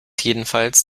jedenfalls